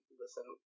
listen